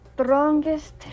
strongest